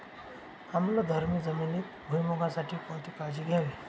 आम्लधर्मी जमिनीत भुईमूगासाठी कोणती काळजी घ्यावी?